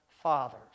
fathers